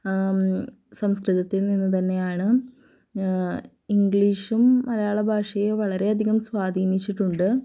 സംസ്കൃതത്തിൽ നിന്ന് തന്നെയാണ് ഇംഗ്ലീഷും മലയാള ഭാഷയെ വളരെയധികം സ്വാധീനിച്ചിട്ടുണ്ട്